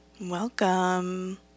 Welcome